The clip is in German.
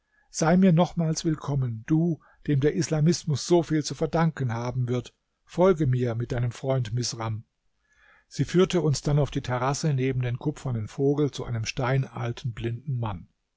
sei mir nochmals willkommen du dem der islamismus so viel zu verdanken haben wird folge mir mit deinem freund misram sie führte uns dann auf die terrasse neben den kupfernen vogel zu einem steinalten blinden mann